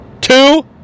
Two